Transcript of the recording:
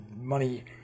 money